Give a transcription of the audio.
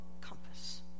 compass